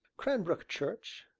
cranbrook church.